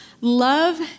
Love